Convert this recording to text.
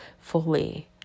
fully